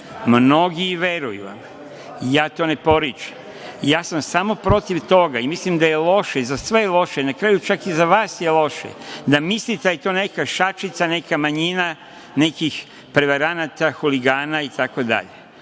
vam veruju i ja to ne poričem. Ja sam samo protiv toga i mislim da je za sve loše, i za vas je loše, da mislite da je to neka šačica, neka manjina, nekih prevaranata, huligana, itd.